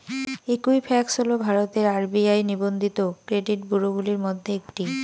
Equifax হল ভারতের RBI নিবন্ধিত ক্রেডিট ব্যুরোগুলির মধ্যে একটি